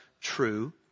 true